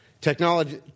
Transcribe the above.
Technology